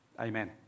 amen